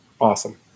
Awesome